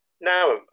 Now